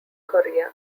korea